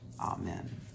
Amen